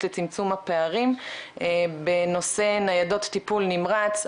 לצמצום הפערים בנושא ניידות טיפול נמרץ,